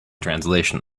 translation